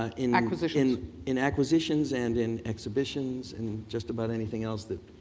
ah in acquisitions in acquisitions and in exhibitions and just about anything else that